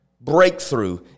breakthrough